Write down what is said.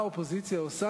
אנחנו עומדים לפני חג הפסח,